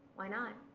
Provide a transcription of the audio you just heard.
why not?